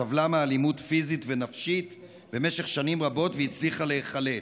סבלה מאלימות פיזית ונפשית במשך שנים רבות והצליחה להיחלץ.